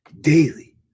daily